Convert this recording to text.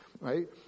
right